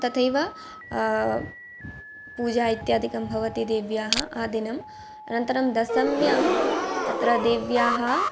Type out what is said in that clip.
तथैव पूजा इत्यादिकं भवति देव्याः आदिनम् अनन्तरं दशम्यां तत्र देव्याः